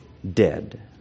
Dead